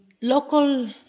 local